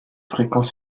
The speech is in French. fréquents